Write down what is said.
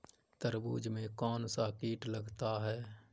तरबूज में कौनसा कीट लगता है?